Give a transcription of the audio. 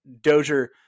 Dozier